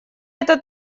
эта